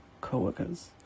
co-workers